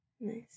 Nice